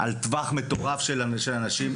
על טווח מטורף של אנשים.